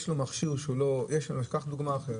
ניקח דוגמה: